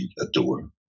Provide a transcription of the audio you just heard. adore